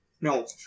No